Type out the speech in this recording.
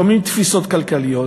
שומעים תפיסות כלכליות,